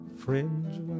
friend's